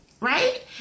right